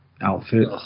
outfit